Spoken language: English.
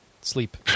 Sleep